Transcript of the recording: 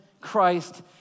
Christ